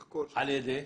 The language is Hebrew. על ידי מי?